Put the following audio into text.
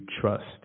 trust